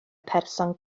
person